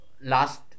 last